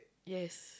yes